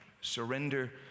surrender